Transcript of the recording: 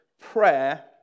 prayer